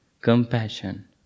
compassion